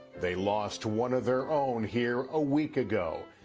they lost one of their own here a week ago,